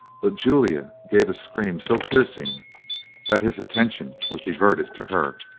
but julia gave a scream so piercing that his attention was diverted to her.